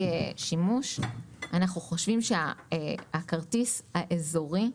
השימוש אנחנו חושבים שהכרטיס האזורי,